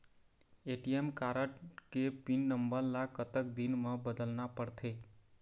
ATM card के pin number ला कतक दिन म बदलना पड़थे?